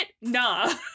Nah